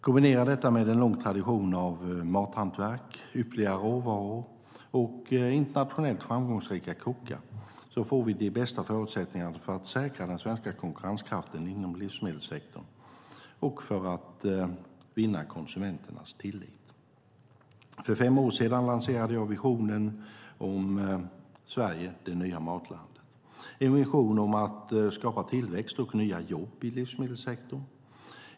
Kombinerat med en lång tradition av mathantverk, ypperliga råvaror och internationellt framgångsrika kockar får vi de bästa förutsättningar för att säkra den svenska konkurrenskraften inom livsmedelssektorn och för att vinna konsumenternas tillit. För fem år sedan lanserade jag Visionen om Sverige - det nya matlandet . Det är en vision om att skapa tillväxt och nya jobb inom livsmedelssektorn.